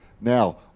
Now